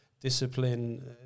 discipline